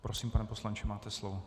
Prosím, pane poslanče, máte slovo.